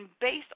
based